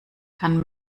kann